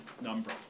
number